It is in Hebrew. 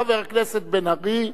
חבר הכנסת בן-ארי,